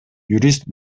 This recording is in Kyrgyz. юрист